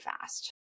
fast